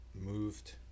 moved